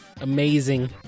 Amazing